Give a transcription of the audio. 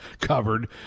covered